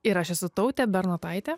ir aš esu tautė bernotaitė